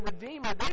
redeemer